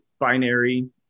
binary